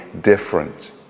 different